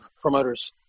promoters